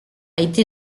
été